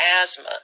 asthma